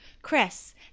Chris